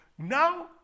Now